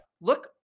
Look